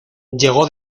llegó